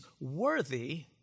worthy